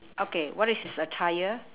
okay what is this a tyre